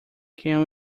can